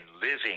living